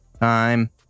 time